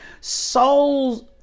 souls